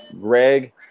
Greg